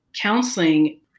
counseling